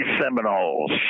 Seminoles